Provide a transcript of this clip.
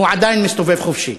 הוא עדיין מסתובב חופשי.